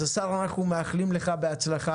אז, השר, אנחנו מאחלים לך בהצלחה.